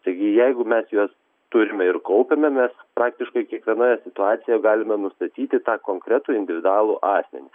taigi jeigu mes juos turime ir kaupiame mes praktiškai kiekvienoje situacijoje galime nustatyti tą konkretų individualų asmenį